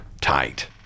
tight